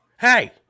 hey